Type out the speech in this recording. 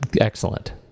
excellent